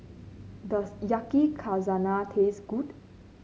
does Yakizakana taste good